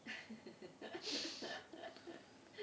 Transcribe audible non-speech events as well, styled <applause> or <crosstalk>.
<laughs>